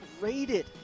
rated